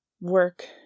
work